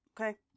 okay